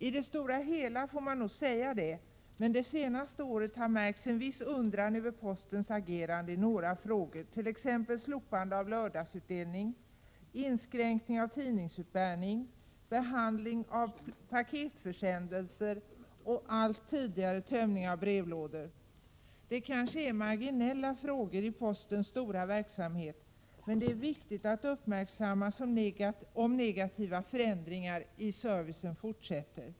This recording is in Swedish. I det stora hela får man nog säga att det är så, men under det senaste året har det märkts en viss undran över postens agerande i några frågor, t.ex. när det gäller slopandet av lördagsutdelning, inskränkning av tidningsutbärning, behandling av paketförsändelser och allt tidigare tömning av brevlådor. Detta är kanske marginella frågor i postens stora verksamhet, men det är viktigt att uppmärksamma om negativa förändringar i servicen fortsätter.